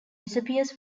disappears